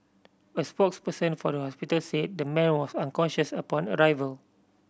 a spokesperson for the hospital say the man was unconscious upon arrival